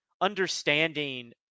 understanding